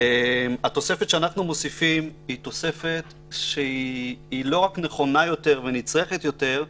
התוספת שאנחנו מוסיפים היא תוספת שהיא לא רק נכונה יותר ונצרכת יותר,